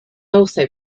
also